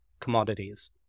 commodities